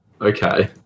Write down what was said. Okay